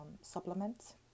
supplements